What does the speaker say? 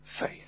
faith